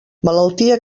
malaltia